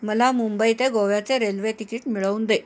मला मुंबई ते गोव्याचे रेल्वे तिकीट मिळवून दे